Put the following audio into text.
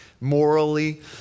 morally